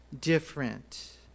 different